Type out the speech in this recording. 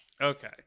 Okay